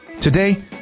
Today